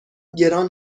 گران